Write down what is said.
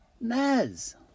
Naz